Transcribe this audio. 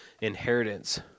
inheritance